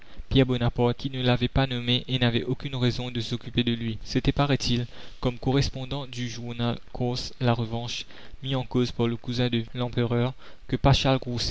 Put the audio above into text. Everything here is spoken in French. bonaparte qui ne l'avait pas nommé et n'avait aucune raison de s'occuper de lui c'était paraît-il comme correspondant du journal corse la revanche mis en cause par le cousin de l'empereur que paschal